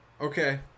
Okay